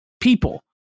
people